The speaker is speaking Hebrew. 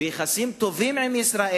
ביחסים טובים עם ישראל.